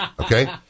okay